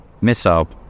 missile